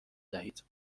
دهید